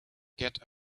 get